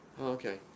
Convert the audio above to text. Okay